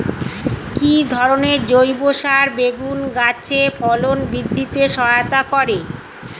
কি ধরনের জৈব সার বেগুন গাছে ফলন বৃদ্ধিতে সহায়তা করে?